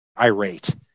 irate